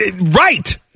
right